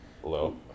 Hello